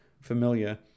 familiar